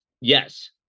Yes